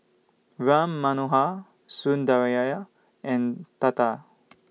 Ram Manohar Sundaraiah and Tata